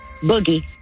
Boogie